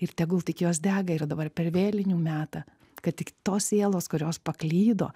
ir tegul tik jos dega yra dabar per vėlinių metą kad tik tos sielos kurios paklydo